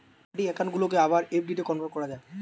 RD account গুলাকে আবার এফ.ডিতে কনভার্ট করা যায়